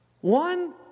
One